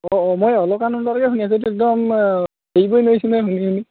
অঁ অঁ মই অলকানন্দাটোকে শুনি আছোঁ সেইটো একদম এৰিবই নোৱাৰিছোঁ নহয় শুনি শুনি